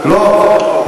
אז הוא גם לא צריך,